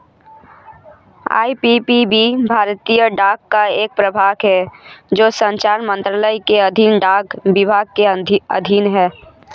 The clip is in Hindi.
आई.पी.पी.बी भारतीय डाक का एक प्रभाग है जो संचार मंत्रालय के अधीन डाक विभाग के अधीन है